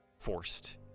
forced